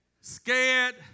Scared